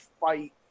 fight